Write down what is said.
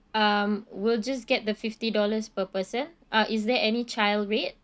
um we'll just get the fifty dollars per person uh is there any child rate